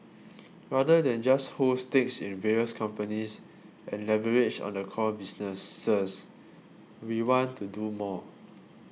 rather than just hold stakes in various companies and leverage on the core businesses we want to do more